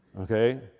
Okay